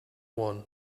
one